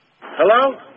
Hello